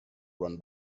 run